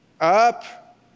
up